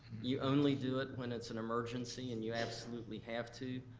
you only do it when it's an emergency and you absolutely have to.